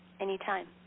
anytime